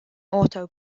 auto